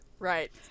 Right